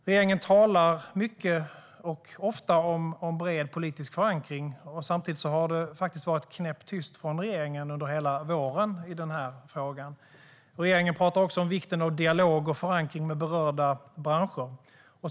Regeringen talar mycket och ofta om bred politisk förankring, samtidigt som det har varit knäpptyst från regeringen under hela våren i den här frågan. Regeringen pratar också om vikten av dialog och förankring med berörda branscher.